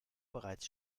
bereits